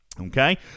Okay